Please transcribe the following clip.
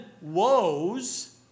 woes